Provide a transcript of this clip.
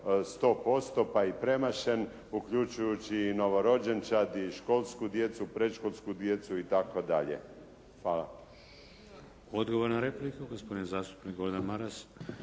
100% pa i premašen uključujući i novorođenčad i školsku djecu, predškolsku djecu i tako dalje. Hvala. **Šeks, Vladimir (HDZ)** Odgovor na repliku gospodin zastupnik Gordan Maras.